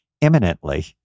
Imminently